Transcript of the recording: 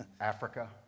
Africa